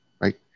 right